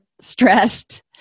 stressed